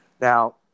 Now